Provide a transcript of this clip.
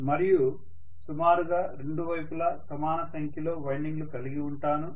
మరియు సుమారుగా రెండు వైపులా సమాన సంఖ్యలో వైండింగ్లు కలిగి ఉంటాను